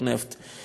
משל עצמם.